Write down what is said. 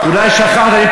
אולי שכחת.